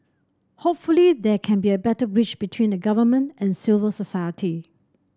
hopefully there can be a better bridge between the Government and civil society